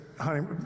honey